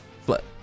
Flip